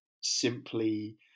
simply